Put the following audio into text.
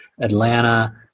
Atlanta